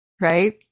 right